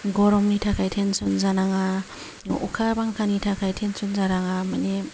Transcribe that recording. गरमनि थाखाय टेनसन जानाङा अखा बांखानि थाखाय टेनसन जानाङा माने